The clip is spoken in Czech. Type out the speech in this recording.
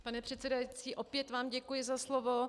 Pane předsedající, opět vám děkuji za slovo.